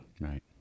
Right